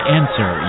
answer